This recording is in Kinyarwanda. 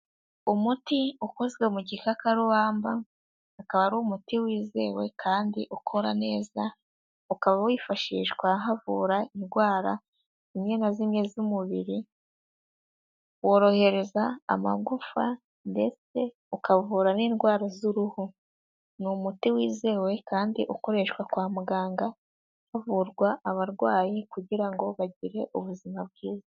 Umuti ukozwe mu gikakarubamba, ukaba ari umuti wizewe kandi ukora neza, ukaba wifashishwa havura indwara zimwe na zimwe z'umubiri, worohereza amagufa ndetse ukavura n'indwara z'uruhu, ni umuti wizewe kandi ukoreshwa kwa muganga, havurwa abarwayi kugira ngo bagire ubuzima bwiza.